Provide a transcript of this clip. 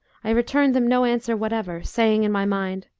i returned them no answer whatever, saying in my mind,